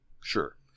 Sure